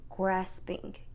Grasping